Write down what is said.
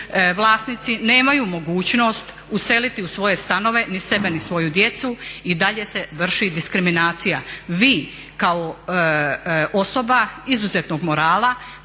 Vlasnici nemaju mogućnost useliti u svoje stanove ni sebe, ni svoju djecu i dalje se vrši diskriminacija. Vi kao osoba izuzetnog morala,